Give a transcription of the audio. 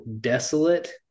desolate